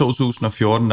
2014